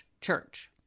church